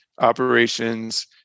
operations